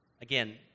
Again